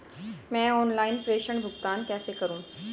मैं ऑनलाइन प्रेषण भुगतान कैसे करूँ?